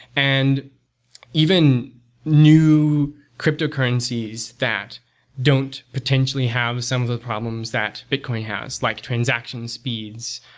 and even new cryptocurrencies that don't potentially have some of the problems that bitcoin has, like transaction speeds,